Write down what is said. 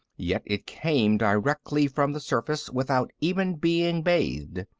yet it came directly from the surface, without even being bathed.